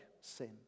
sin